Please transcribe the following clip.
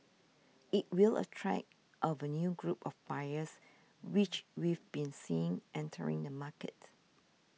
it will attract of a new group of buyers which we've been seeing entering the market